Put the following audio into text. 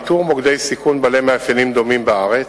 איתור מוקדי סיכון בעלי מאפיינים דומים בארץ,